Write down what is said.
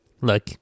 Look